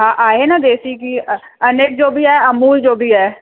हा आहे न देसी गीहु अ अनिक जो बि आहे अमूल जो बि आहे